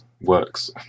works